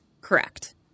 Correct